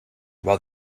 while